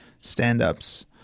stand-ups